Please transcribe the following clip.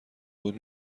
بود